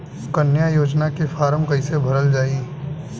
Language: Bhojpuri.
कन्या योजना के फारम् कैसे भरल जाई?